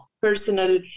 personal